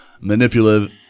manipulative